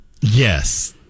Yes